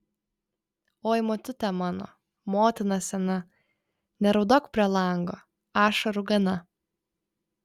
oi motute mano motina sena neraudok prie lango ašarų gana